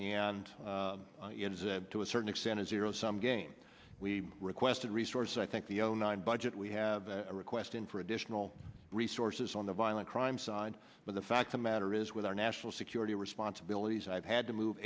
and to a certain extent a zero sum game we requested resources i think the own budget we have a request in for additional resources on the violent crime side but the fact the matter is with our national security responsibilities i've had to move